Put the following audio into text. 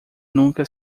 nunca